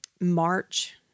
March